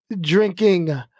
drinking